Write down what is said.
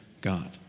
God